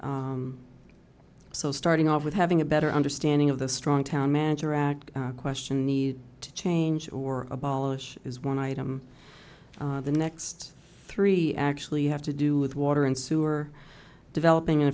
so starting off with having a better understanding of the strong town manager act question need to change or abolish is one item the next three actually have to do with water and sewer developing an